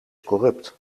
corrupt